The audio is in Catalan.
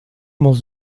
molts